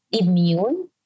immune